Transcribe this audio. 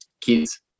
kids